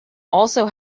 also